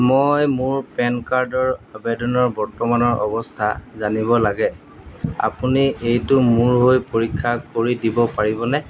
মই মোৰ পেন কাৰ্ডৰ আবেদনৰ বৰ্তমানৰ অৱস্থা জানিব লাগে আপুনি এইটো মোৰ হৈ পৰীক্ষা কৰি দিব পাৰিবনে